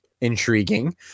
intriguing